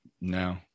No